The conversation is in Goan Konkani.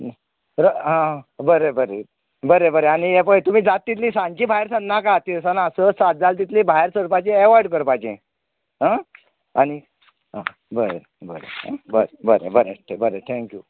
आं बरें बरें बरें बरें आनी ये पळय तुमी जाता तितली सानची भायर सरनाका तिनसाना स सात जात तितले भायर सरपाचे एवॉयड करपाचे आनी बरें बरें आं बरें बरें थँक्यू